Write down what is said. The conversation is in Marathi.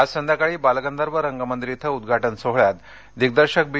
आज संध्याकाळी बालगंधर्व रंगमंदिर इथं उद्घाटन सोहळ्यात दिग्दर्शक बी